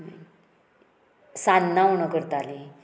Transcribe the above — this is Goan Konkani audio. सान्नां म्हणून करतालीं